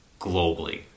globally